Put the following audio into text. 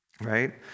right